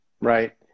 right